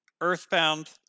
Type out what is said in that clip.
Earthbound